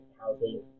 housing